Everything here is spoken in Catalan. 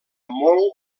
molt